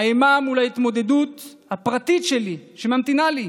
האימה מול ההתמודדות הפרטית שלי שממתינה לי.